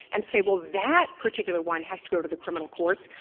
and say, well, that particular one has to go to the criminal courts,